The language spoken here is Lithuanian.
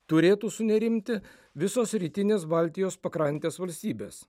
turėtų sunerimti visos rytinės baltijos pakrantės valstybės